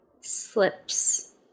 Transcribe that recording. slips